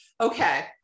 okay